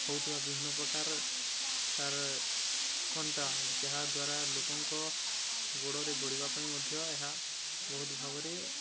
ହେଉଥିବା ବିଭିନ୍ନପ୍ରକାର ତା'ର କଣ୍ଟା ଯାହା ଦ୍ୱାରା ଲୋକଙ୍କ ଗୋଡ଼ରେ ଗୋଡ଼ିବା ପାଇଁ ମଧ୍ୟ ଏହା ବହୁତ ଭାବରେ